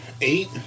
eight